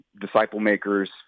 disciple-makers